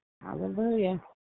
Hallelujah